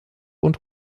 und